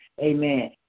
amen